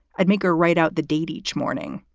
i'd make her write out the date each morning,